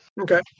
Okay